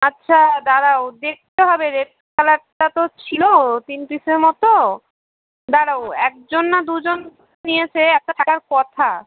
আচ্ছা দাঁড়াও দেখতে হবে রেড কালারটা তো ছিল তিন পিসের মতো দাঁড়াও একজন না দুজন নিয়েছে একটা থাকার কথা